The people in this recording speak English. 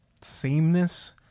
sameness